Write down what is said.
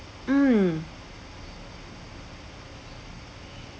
mm